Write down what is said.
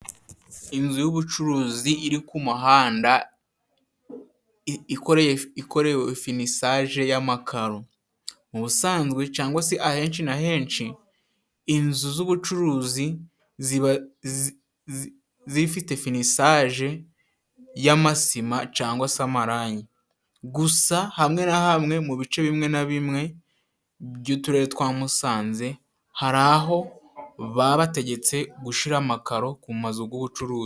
Inzu y'ubucuruzi iri ku muhanda ikorewe finisaje y'amakaro. Mu busanzwe cangwa se ahenshi na henshi inzu z'ubucuruzi ziba zifite finisage y'amasima cangwa se amarangi, gusa hamwe na hamwe mu bice bimwe na bimwe by'Uturere twa Musanze hari aho babategetse gushira amakaro ku mazu g'ubucuruzi.